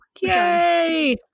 Yay